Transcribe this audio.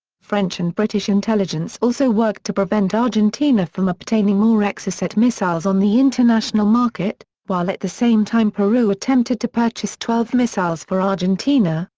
french and british intelligence also worked to prevent argentina from obtaining more exocet missiles on the international market, while at the same time peru attempted to purchase twelve missiles for argentina,